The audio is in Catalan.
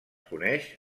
coneix